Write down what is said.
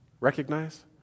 Recognize